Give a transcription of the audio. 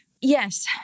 Yes